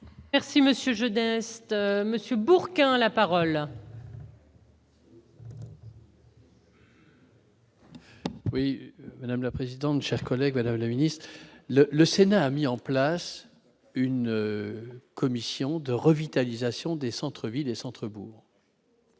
Merci Monsieur, monsieur Bourquin la parole. Oui, madame la présidente, chers collègues, Madame la Ministre, le, le Sénat a mis en place une commission de revitalisation des centres-villes et centre bourg.